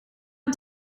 een